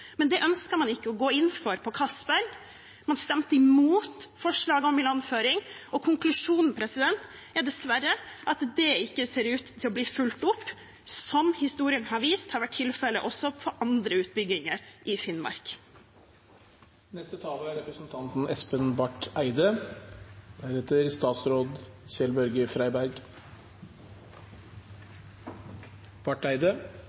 Det ønsket man ikke å gå inn for på Castberg, man stemte imot forslaget om ilandføring. Konklusjonen er dessverre at det ikke ser ut til å bli fulgt opp, slik historien har vist har vært tilfellet også for andre utbygginger i